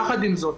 יחד עם זאת,